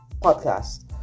podcast